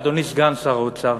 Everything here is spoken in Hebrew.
ולאדוני סגן שר האוצר,